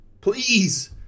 please